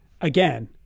Again